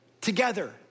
together